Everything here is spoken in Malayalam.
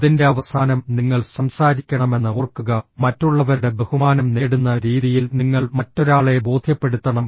അതിന്റെ അവസാനം നിങ്ങൾ സംസാരിക്കണമെന്ന് ഓർക്കുക മറ്റുള്ളവരുടെ ബഹുമാനം നേടുന്ന രീതിയിൽ നിങ്ങൾ മറ്റൊരാളെ ബോധ്യപ്പെടുത്തണം